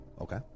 Okay